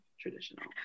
traditional